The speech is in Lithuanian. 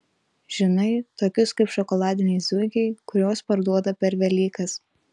žinai tokius kaip šokoladiniai zuikiai kuriuos parduoda per velykas